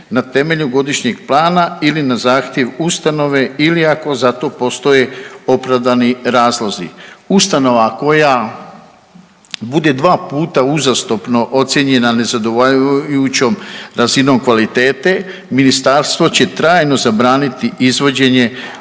na temelju godišnjeg plana ili na zahtjev ustanove ili ako za to postoje opravdani razlozi. Ustanova koja bude 2 puta uzastopno ocijenjena nezadovoljavajućom razinom kvalitete ministarstvo će trajno zabraniti izvođenje